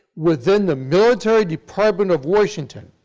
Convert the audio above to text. within the military department of washington,